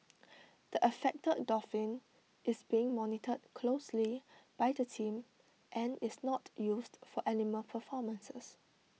the affected dolphin is being monitored closely by the team and is not used for animal performances